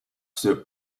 sur